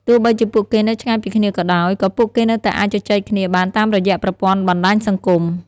ទោះបីជាពួកគេនៅឆ្ងាយពីគ្នាក៏ដោយ ក៏ពួកគេនៅតែអាចជជែកគ្នាបានតាមរយៈប្រព័ន្ធបណ្ដាញសង្គម។